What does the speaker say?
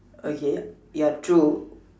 okay ya true